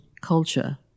culture